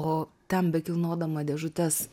o ten bekilnodama dėžutes